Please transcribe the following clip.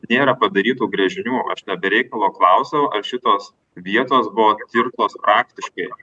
nėra padarytų gręžinių ne be reikalo klausiu ar šitos vietos buvo tirtos praktiškai